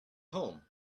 home